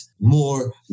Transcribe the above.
more